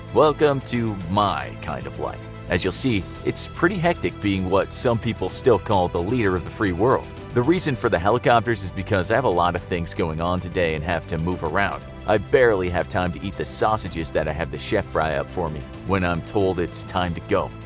welcome to my kind of life. as you'll see, it's pretty hectic being what some people still call the leader of the free world. the reason for the helicopters is because i have a lot of things going on today and have to move around. i barely have time to eat the sausages that i had the chef fry-up for me, when i am told it's time to go.